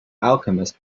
alchemist